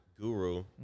guru